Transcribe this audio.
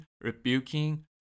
rebuking